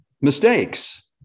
mistakes